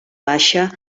baixa